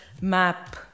map